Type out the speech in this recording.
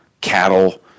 cattle